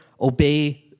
obey